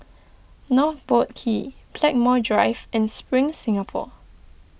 North Boat Quay Blackmore Drive and Spring Singapore